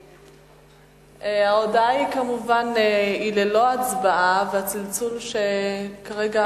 ההודעה היא כמובן ללא הצבעה והצלצול שכרגע